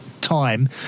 time